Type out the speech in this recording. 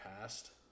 past